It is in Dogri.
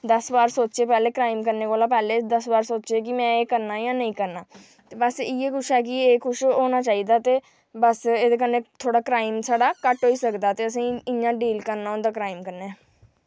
दस्स बार सोचै क्राईम करने कोला पैह्लें दस्स बार सोचै की में एह् करना जां नेईं करना बस इयै कुछ ऐ की एह् कुछ होना चाहिदा बस एह्दे कन्नै क्राईम साढ़ा ओह् थोह्ड़ा घट्ट होई सकदा ते इंंया डील करना होंदा क्राईम कन्नै